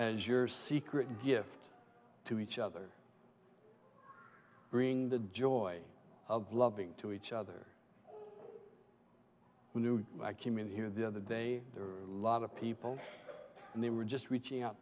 as your secret gift to each other during the joy of loving to each other a new community here the other day there were a lot of people and they were just reaching out